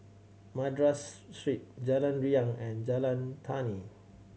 Madras Street Jalan Riang and Jalan Tani